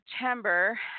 September